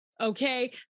Okay